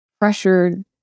pressured